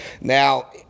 Now